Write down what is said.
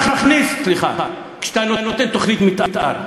כשאתה נותן תוכנית מתאר,